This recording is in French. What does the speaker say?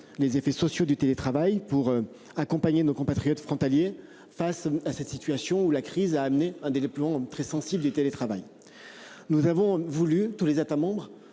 les effets sociaux du télétravail pour accompagner nos compatriotes frontaliers face à cette situation, où la crise a amené un délai plus long très sensible du télétravail. Nous avons voulu tous les États